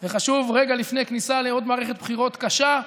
וחשוב, רגע לפני כניסה לעוד מערכת בחירות קשה,